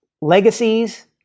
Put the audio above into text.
legacies